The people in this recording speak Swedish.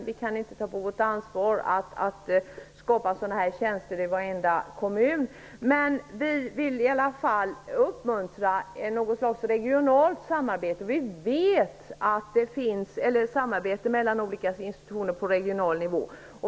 Vi kan inte ta på vårt ansvar att skapa tjänster i varenda kommun, men vi vill i alla fall uppmuntra något slags regionalt samarbete mellan olika institutioner.